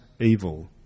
evil